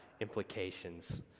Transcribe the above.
implications